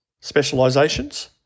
specializations